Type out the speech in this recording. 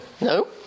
no